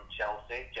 Chelsea